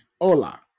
hola